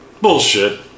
Bullshit